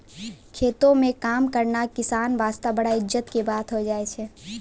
खेतों म काम करना किसान वास्तॅ बड़ा इज्जत के बात होय छै